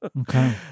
okay